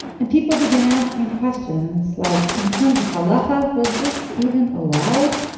and people began asking questions. like, in terms of halakha, was this even allowed?